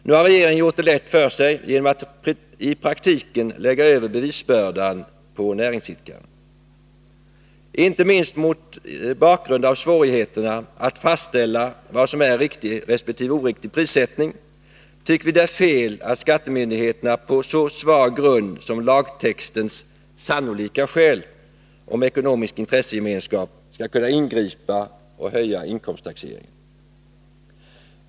Nu har regeringen gjort det lätt för sig genom att i praktiken lägga över bevisbördan på näringsidkaren. Inte minst mot bakgrund av svårigheterna att fastställa vad som är riktig resp. oriktig prissättning, tycker vi det är fel att skattemyndigheterna på så svag grund som lagtextens ”sannolika skäl” om ekonomisk intressegemenskap skall kunna ingripa och höja inkomsttaxeringen.